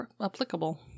applicable